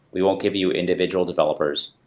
we won't give you individual developers.